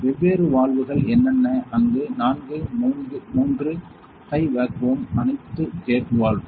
வெவ்வேறு வால்வுகள் என்னென்ன Refer Time 1410 அங்கு 4 3 ஹை வேக்குவம் Refer Time 1414 அனைத்து கேட் வால்வு